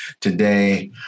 today